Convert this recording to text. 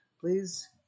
Please